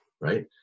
right